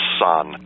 son